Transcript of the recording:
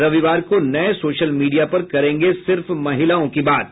रविवार को नये सोशल मीडिया पर करेंगे सिर्फ महिलाओं की बात